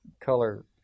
color